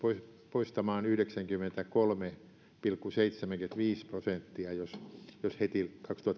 poistamaan yhdeksänkymmentäkolme pilkku seitsemänkymmentäviisi prosenttia jos heti